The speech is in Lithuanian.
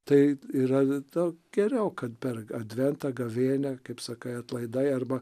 tai yra nu geriau kad per adventą gavėnią kaip sakai atlaidai arba